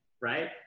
right